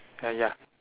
uh ya